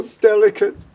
delicate